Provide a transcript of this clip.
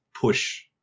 push